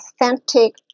authentic